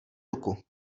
ruku